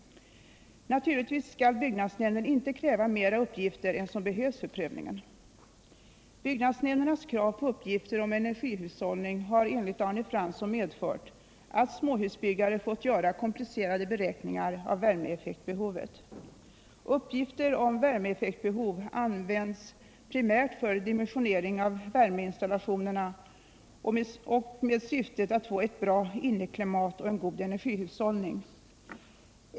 Naturligtvis skall byggnadsnämnden inte kräva mera uppgifter än som behövs för prövningen. Byggnadsnämndernas krav på uppgifter om energihushållning har enligt Arne Fransson medfört att småhusbyggare fått göra komplicerade beräkningar av värmeeffektbehovet. Uppgifter om värmeeffektbehovet används primärt för dimensionering av värmeinstallationerna och med syftet att få ett bra inneklimat och en god energihushållning.